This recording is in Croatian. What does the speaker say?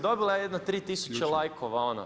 Dobila je jedno 3 tisuće lajkova.